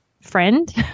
friend